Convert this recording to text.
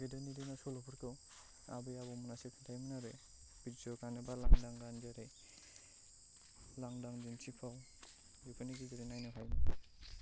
गोदोनि दिनाव सल'फोरखौ आबै आबौ मोनहासो खोनथायोमोन आरो बिडिय' गान बा लांदां गान जेरै लांदां दिन्थिफाव बेफोरनि गेजेरेजों नायनो हायो